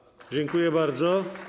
Dziękuję bardzo.